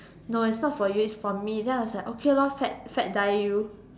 no it's not for you it's for me then I was like okay lor fat fat die you